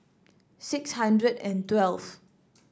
six hundred and twelve